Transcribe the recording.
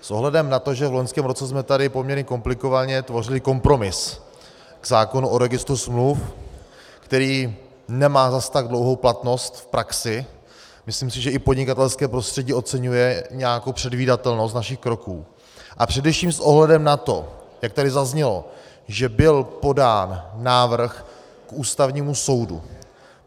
S ohledem na to, že v loňském roce jsme tady poměrně komplikovaně tvořili kompromis k zákonu o registru smluv, který nemá zas tak dlouhou platnost v praxi, myslím si, že i podnikatelské prostředí oceňuje nějakou předvídatelnost našich kroků, a především s ohledem na to, jak tady zaznělo, že byl podán návrh k Ústavnímu soudu,